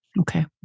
okay